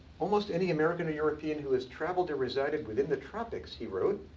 almost any american or european who has traveled, or resided within the tropics, he wrote,